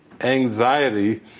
anxiety